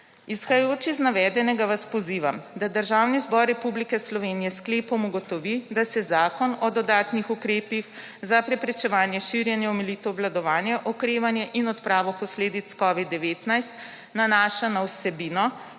Izhajajoč iz navedenega vas pozivam, da Državni zbor Republike Slovenije s sklepom ugotovi, da se Zakon o dodatnih ukrepih za preprečevanje širjenja, omilitev, obvladovanje, okrevanje in odpravo posledic COVID-19 nanaša na vsebino,